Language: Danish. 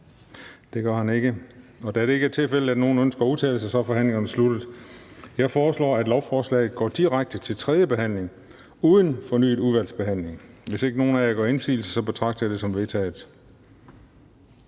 Det gør han ikke. Da det ikke er tilfældet, at nogen ønsker at udtale sig, er forhandlingerne sluttet. Jeg foreslår, at lovforslaget går direkte til tredje behandling uden fornyet udvalgsbehandling. Hvis ikke nogen af jer gør indsigelse, betragter jeg det som vedtaget.